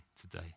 today